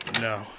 No